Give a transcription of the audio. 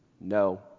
No